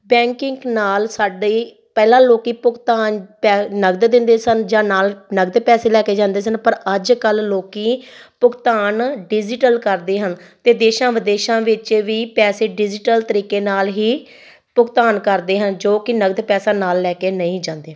banking ਨਾਲ ਸਾਡੀ ਪਹਿਲਾਂ ਲੋਕ ਭੁਗਤਾਨ ਪੈ ਨਗਦ ਦਿੰਦੇ ਸਨ ਜਾਂ ਨਾਲ ਨਗਦ ਪੈਸੇ ਲੈ ਕੇ ਜਾਂਦੇ ਸਨ ਪਰ ਅੱਜ ਕੱਲ੍ਹ ਲੋਕ ਭੁਗਤਾਨ ਡਿਜੀਟਲ ਕਰਦੇ ਹਨ ਅਤੇ ਦੇਸ਼ਾਂ ਵਿਦੇਸ਼ਾਂ ਵਿੱਚ ਵੀ ਪੈਸੇ ਡਿਜੀਟਲ ਤਰੀਕੇ ਨਾਲ ਹੀ ਭੁਗਤਾਨ ਕਰਦੇ ਹਨ ਜੋ ਕਿ ਨਗਦ ਪੈਸਾ ਨਾਲ ਲੈ ਕੇ ਨਹੀਂ ਜਾਂਦੇ